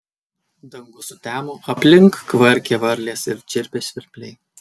dangus sutemo aplink kvarkė varlės ir čirpė svirpliai